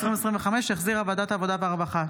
התשפ"ה-2025, שהחזירה ועדת העבודה והרווחה.